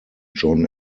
john